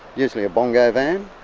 usually a bongo van,